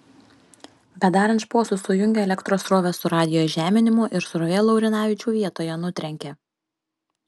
bedarant šposus sujungė elektros srovę su radijo įžeminimu ir srovė laurinavičių vietoje nutrenkė